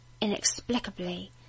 inexplicably